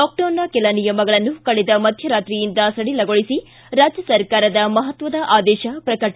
ಲಾಕ್ಡೌನ್ನ ಕೆಲ ನಿಯಮಗಳನ್ನು ಕಳೆದ ಮಧ್ಯರಾತ್ರಿಯಿಂದ ಸಡಿಲಗೊಳಿಸಿ ರಾಜ್ಯ ಸರ್ಕಾರದ ಮಹತ್ವದ ಆದೇಶ ಪ್ರಕಟ